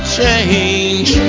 change